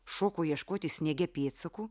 šoko ieškoti sniege pėdsakų